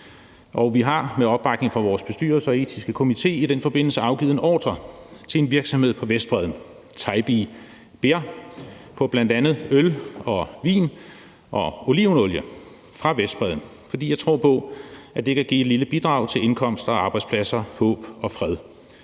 og at vi med opbakning fra vores bestyrelse og etiske komité i den forbindelse har afgivet en ordre til en virksomhed på Vestbredden, Taybeh Beer, på bl.a. øl, vin og olivenolie fra Vestbredden, fordi jeg tror på, at det kan give et lille bidrag til indkomst og arbejdspladser og håb og fred.